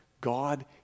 God